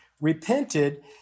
repented